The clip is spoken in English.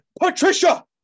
Patricia